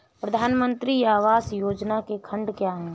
प्रधानमंत्री आवास योजना के खंड क्या हैं?